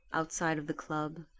outside of the club,